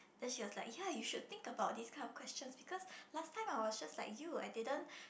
then she was like ya you should think about this kind of question because last time I was just like you I didn't